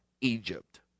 Egypt